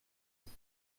ist